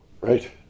Right